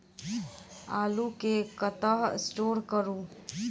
आलु केँ कतह स्टोर करू?